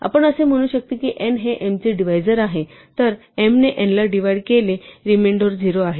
आपण असे म्हणू शकतो की n हे m चे डिवाईझर आहे तर m ने n ला डिव्हाइड केले रिमेंडेर 0 आहे